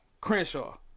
Crenshaw